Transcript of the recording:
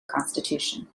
constitution